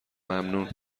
ممنون